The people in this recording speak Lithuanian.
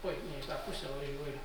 oi ne į tą pusę važiuoju